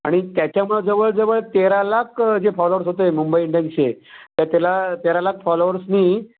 आणि त्याच्यामुळं जवळ जवळ तेरा लाख जे फॉलोवर्स होते मुंबई इंडियन्सचे तर तेला तेरा लाख फॉलोवर्सनी